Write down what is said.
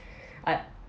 I